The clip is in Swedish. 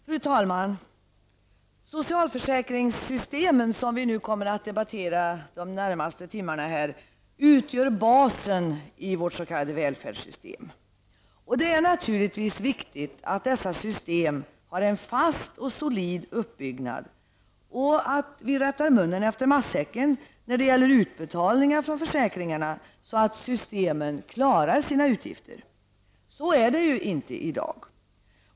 Fru talman! Socialförsäkringssystemen, som vi kommer att debattera de närmaste timmarna, utgör basen i vårt s.k. välfärdssystem. Det är naturligtvis viktigt att dessa system har en fast och solid uppbyggnad och att vi rättar munnen efter matsäcken när det gäller utbetalningar från försäkringarna, så att systemen klarar sina utgifter. Så är det inte i dag.